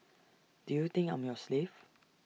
do you think I'm your slave